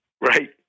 Right